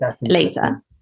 later